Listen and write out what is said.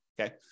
Okay